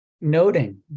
Noting